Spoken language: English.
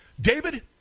David